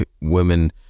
women